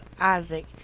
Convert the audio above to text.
Isaac